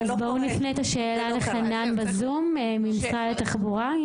אז נפנה את השאלה לחנן ממשרד התחבורה.